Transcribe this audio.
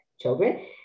children